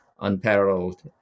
unparalleled